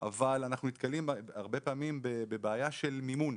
אבל אנחנו נתקלים הרבה פעמים בבעיה של מימון.